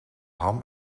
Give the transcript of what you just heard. ham